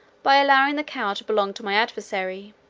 by allowing the cow to belong to my adversary